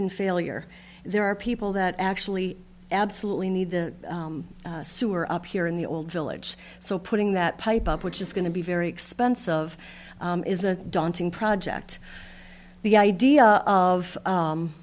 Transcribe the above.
in failure there are people that actually absolutely need the sewer up here in the old village so putting that pipe up which is going to be very expensive of is a daunting project the idea of